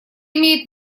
имеет